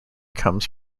comes